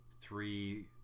three